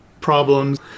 problems